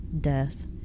death